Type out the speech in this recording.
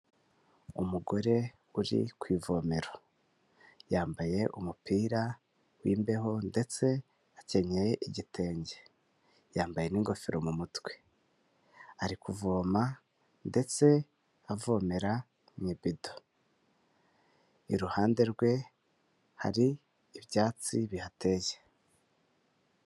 Umugore uri ku ivomero yambaye umupira w'imbeho ndetse akenyeye igitenge yambaye n'ingofero mu mutwe ari kuvoma ndetse avomera mu ibido, iruhande rwe hari ibyatsi bihateye.